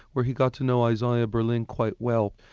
where he got to know isaiah berlin quite well.